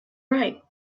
right